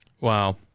Wow